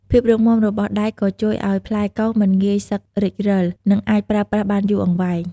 ភាពរឹងមាំរបស់ដែកក៏ជួយឲ្យផ្លែកោសមិនងាយសឹករិចរិល និងអាចប្រើប្រាស់បានយូរអង្វែង។